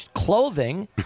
clothing